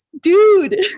dude